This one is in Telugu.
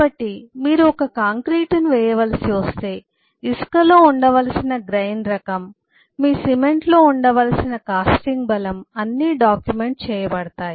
కాబట్టి మీరు ఒక కాంక్రీటును వేయవలసి వస్తే ఇసుకలో ఉండవలసిన గ్రయిన్ రకం మీ సిమెంటు లో ఉండవలసిన కాస్టింగ్ బలం అన్ని డాక్యుమెంట్ చేయబడతాయి